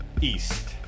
east